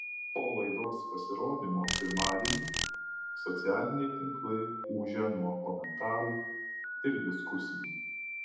po laidos pasirodymo pirmadienį socialiniai tinklai ūžia nuo komentarų ir diskusijų